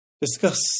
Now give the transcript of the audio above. discuss